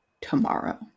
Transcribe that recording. tomorrow